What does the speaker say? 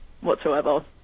whatsoever